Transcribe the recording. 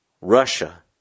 Russia